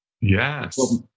Yes